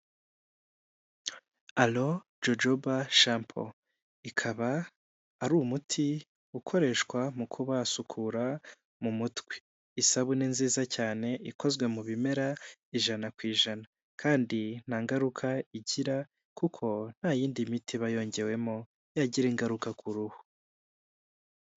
Alo jojoba shampo ikaba ari umuti ukoreshwa mu kuba wasukura mu mutwe isabune nziza cyane ikozwe mu bimera ijana ku ijana kandi nta ngaruka igira kuko nta yindi miti iba yongewemo yagira ingaruka ku ruhu.